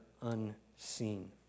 unseen